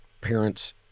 parents